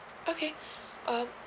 okay um